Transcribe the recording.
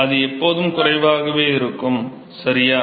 அது எப்போதும் குறைவாகவே இருக்கும் சரியா